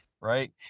right